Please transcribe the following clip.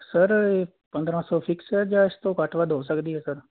sir ਇਹ ਪੰਦਰਾਂ ਸੌ ਫਿਕਸ ਹੈ ਜਾਂ ਇਸ ਤੋਂ ਘੱਟ ਵੱਧ ਹੋ ਸਕਦੀ ਹੈ ਸਰ